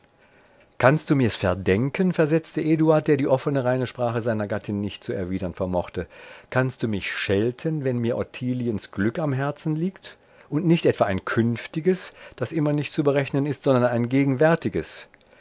kannst du mirs verdenken versetzte eduard der die offne reine sprache seiner gattin nicht zu erwidern vermochte kannst du mich schelten wenn mir ottiliens glück am herzen liegt und nicht etwa ein künftiges das immer nicht zu berechnen ist sondern ein gegenwärtiges